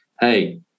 Hey